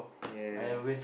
ya